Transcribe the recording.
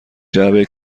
جعبه